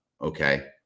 okay